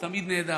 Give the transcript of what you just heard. הוא תמיד נעדר,